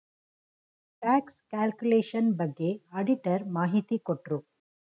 tax calculation ಬಗ್ಗೆ auditor ಮಾಹಿತಿ ಕೊಟ್ರು